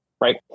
Right